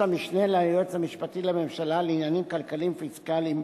המשנה ליועץ המשפטי לממשלה לעניינים כלכליים-פיסקליים,